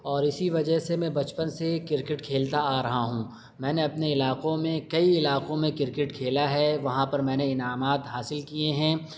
اور اسی وجہ سے میں بچپن سے کرکٹ کھیلتا آ رہا ہوں میں نے اپنے علاقوں میں کئی علاقوں میں کرکٹ کھیلا ہے وہاں پر میں نے انعامات حاصل کیے ہیں